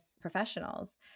professionals